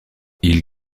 ils